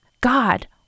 God